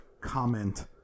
comment